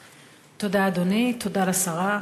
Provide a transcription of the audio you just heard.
אדוני, תודה, תודה לשרה,